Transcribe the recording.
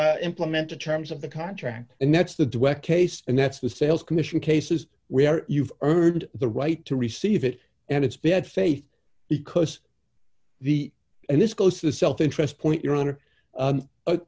two implemented terms of the contract and that's the case and that's the sales commission cases where you've earned the right to receive it and it's bad faith because the and this goes to the self interest point your honor